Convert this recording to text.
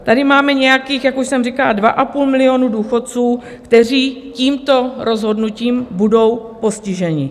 Tady máme nějakých, jak už jsem říkala, dva a půl milionu důchodců, kteří tímto rozhodnutím budou postiženi.